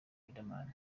riderman